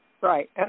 Right